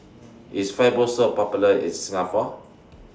IS Fibrosol Popular in Singapore